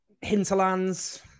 Hinterlands